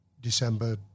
December